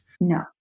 No